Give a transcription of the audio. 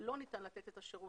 לא ניתן לתת את השירות,